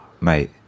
mate